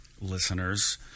listeners